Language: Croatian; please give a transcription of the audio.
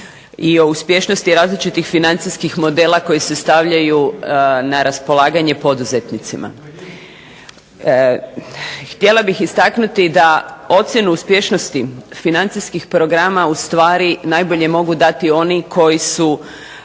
i o uspješnosti različitih financijskih modela koji se stavljaju na raspolaganje poduzetnicima. Htjela bih istaknuti da ocjenu o uspješnosti financijskih programa ustvari najbolje mogu dati oni koji su